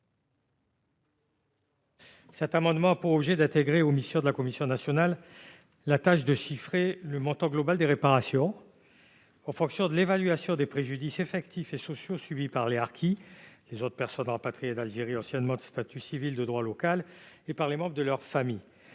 Cet amendement a pour objet d'intégrer aux missions de la commission nationale indépendante la tâche de chiffrer le montant global des réparations, en fonction de l'évaluation des préjudices effectifs et sociaux subis par les harkis, les autres personnes rapatriées d'Algérie anciennement de statut civil de droit local et par les membres de leurs familles,